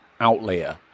outlier